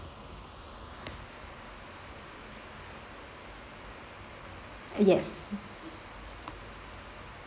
yes